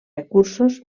recursos